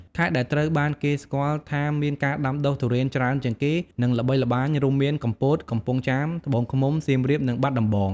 ខេត្តដែលត្រូវបានគេស្គាល់ថាមានការដាំដុះទុរេនច្រើនជាងគេ និងល្បីល្បាញ រួមមាន កំពត កំពង់ចាម ត្បូងឃ្មុំ សៀមរាប និងបាត់ដំបង។